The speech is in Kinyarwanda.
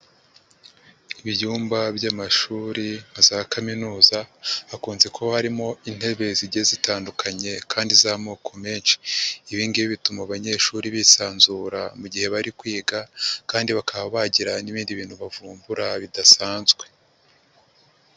Ibyumba by'amashuri nka za kaminuza, hakunze kuba harimo intebe zigiye zitandukanye kandi z'amoko menshi. Ibi ngibi bituma abanyeshuri bisanzura mu gihe bari kwiga kandi bakaba bagira n'ibindi bintu bavumbura bidasanzwe.